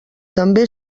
també